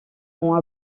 ont